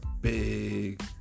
big